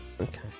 Okay